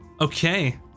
Okay